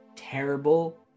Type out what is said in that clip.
terrible